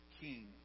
king